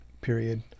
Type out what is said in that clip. period